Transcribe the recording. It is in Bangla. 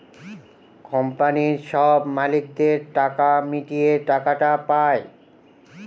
কোম্পানির সব মালিকদের টাকা মিটিয়ে টাকাটা পায়